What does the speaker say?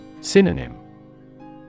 Synonym